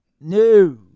No